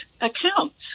accounts